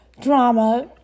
drama